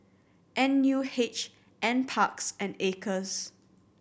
N U H Nparks and Acres